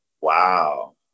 Wow